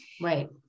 Right